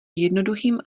jednoduchým